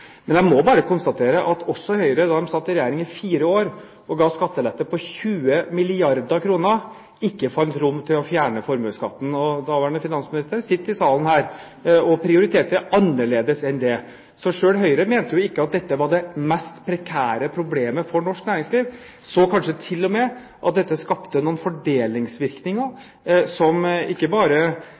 Men jeg må bare konstatere at heller ikke Høyre da de satt i regjering i fire år og ga skattelette på 20 milliarder kr, fant rom for å fjerne formuesskatten – daværende finansminister sitter i salen her – man prioriterte annerledes enn det. Så selv ikke Høyre mente at dette var det mest prekære problemet for norsk næringsliv. De så kanskje til og med at dette fikk noen fordelingsvirkninger som ikke bare